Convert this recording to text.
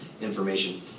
information